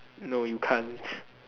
no you can't